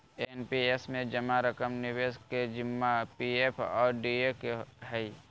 NPS में जमा रकम निवेश करे के जिम्मा पी.एफ और डी.ए के हइ